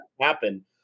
happen